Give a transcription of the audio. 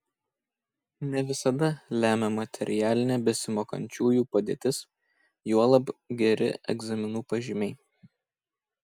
ne visada lemia materialinė besimokančiųjų padėtis juolab geri egzaminų pažymiai